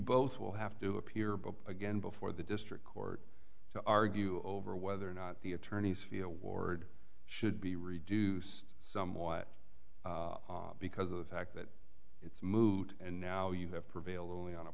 both will have to appear but again before the district court to argue over whether or not the attorneys feel word should be reduced somewhat because of the fact that it's moot and now you have prevailed only on a